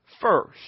first